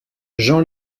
jean